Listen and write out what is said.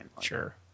sure